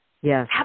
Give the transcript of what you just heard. Yes